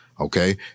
okay